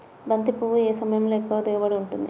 బంతి పువ్వు ఏ సమయంలో ఎక్కువ దిగుబడి ఉంటుంది?